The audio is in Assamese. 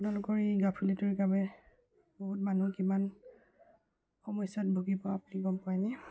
আপোনালোকৰ এই গাফিলতিৰ বাবে বহুত মানুহ কিমান সমস্যাত ভুগিব আপুনি গম পাইনে